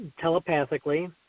telepathically